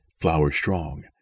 flower-strong